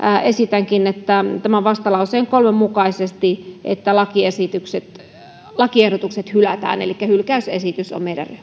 esitänkin vastalauseen kolme mukaisesti että lakiehdotukset hylätään elikkä hylkäysesitys on meidän